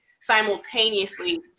simultaneously